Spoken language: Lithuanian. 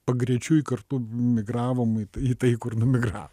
pagrečiui kartu emigravom į tai kur numigra